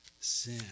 sin